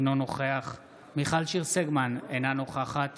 אינו נוכח מיכל שיר סגמן, אינה נוכחת